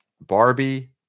Barbie